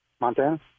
Montana